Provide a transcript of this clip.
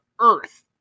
Earth